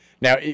Now